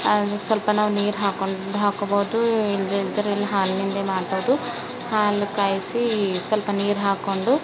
ಅದಿಕ್ಕೆ ಸ್ವಲ್ಪ ನಾವು ನೀರು ಹಾಕೊಂಡು ಹಾಕೋಬೋದು ಇಲ್ಲದೆ ಇದ್ದರೆ ಇಲ್ಲಿ ಹಾಲಿನಿಂದೆ ಮಾಡ್ಬೋದು ಹಾಲು ಕಾಯಿಸಿ ಸ್ವಲ್ಪ ನೀರು ಹಾಕೊಂಡು